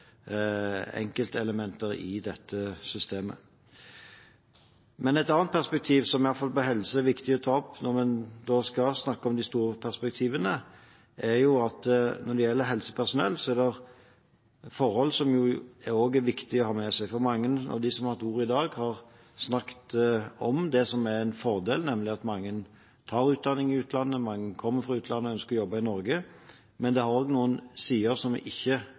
enkeltelementer i dette systemet. Et annet perspektiv, som iallfall på helsefeltet er viktig å ta opp når en skal snakke om de store perspektivene, er at når det gjelder helsepersonell, er det noen forhold som er viktig å ha med seg. Mange av dem som har hatt ordet i dag, har snakket om det som er en fordel, nemlig at mange tar utdanning i utlandet, at mange kommer fra utlandet og ønsker å jobbe i Norge, men det har også noen sider som vi ikke